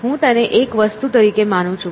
હું તેને એક વસ્તુ તરીકે માનું છું